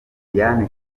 diane